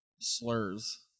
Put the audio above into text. slurs